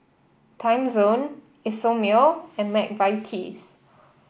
Timezone Isomil and McVitie's